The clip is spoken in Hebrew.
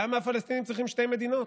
למה הפלסטינים צריכים שתי מדינות?